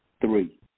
Three